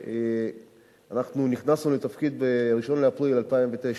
שאנחנו נכנסנו לתפקיד ב-1 באפריל 2009,